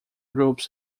groups